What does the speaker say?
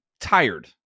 tired